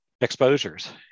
exposures